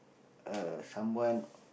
uh someone